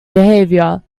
behavior